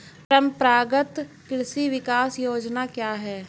परंपरागत कृषि विकास योजना क्या है?